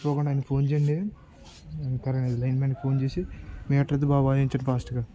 okay అండి ఆయనకు phone చేయండి లైన్మెన్కి ఫోన్ చేసి మీటర్ బాగా బాగు చేయించండి ఫాస్ట్గా